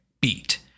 beat